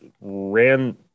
ran